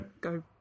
Go